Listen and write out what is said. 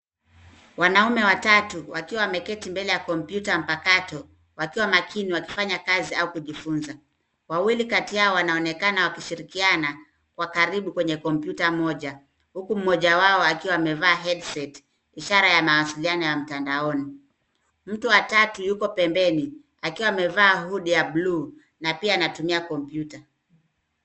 Wanaume watatu wakiwa wameketi mbele ya kompyuta mpakato, wakiwa makini wakifanya kazi au kujifunza. Wawili kati yao wanaonekana wakishirikiana kwa karibu kwenye kompyuta moja, huku mmoja wao akiwa amevaa headset ishara ya mawasiliano ya mtandaoni. Mtu wa tatu yupo pembeni akiwa amevaa hood ya bluu na pia anatumia kompyuta.